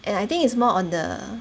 and I think is more on the